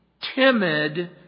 timid